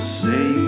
say